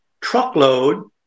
truckload